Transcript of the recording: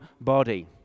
body